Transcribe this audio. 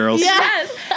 Yes